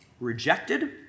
rejected